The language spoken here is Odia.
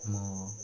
ମୋ